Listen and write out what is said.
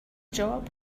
job